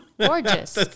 Gorgeous